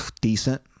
decent